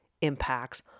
impacts